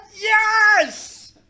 yes